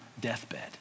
deathbed